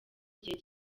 igihe